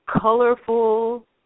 colorful